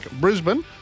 Brisbane